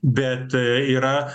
bet yra